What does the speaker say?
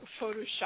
Photoshop